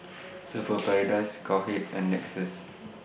Surfer's Paradise Cowhead and Lexus